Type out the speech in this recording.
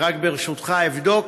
רק ברשותך אבדוק,